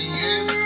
years